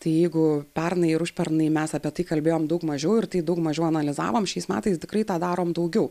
tai jeigu pernai ir užpernai mes apie tai kalbėjom daug mažiau ir tai daug mažiau analizavom šiais metais tikrai tą darome daugiau